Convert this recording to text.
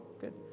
good